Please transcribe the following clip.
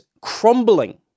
crumbling